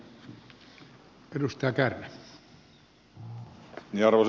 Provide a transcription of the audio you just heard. arvoisa puhemies